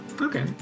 Okay